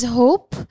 hope